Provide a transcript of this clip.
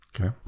Okay